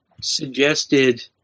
suggested